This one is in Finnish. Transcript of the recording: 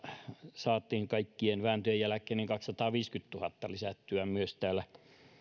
saatiin kaikkien vääntöjen jälkeen kaksisataaviisikymmentätuhatta lisättyä myös täällä